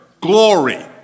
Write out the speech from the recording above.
Glory